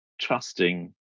trusting